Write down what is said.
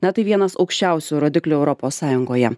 na tai vienas aukščiausių rodiklių europos sąjungoje